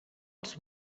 els